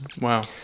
Wow